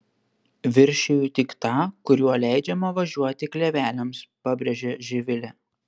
viršiju tik tą kuriuo leidžiama važiuoti kleveliams pabrėžė živilė